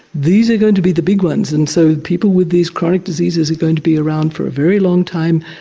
these are going to be the big ones. and so people with these chronic diseases are going to be around for a very long time,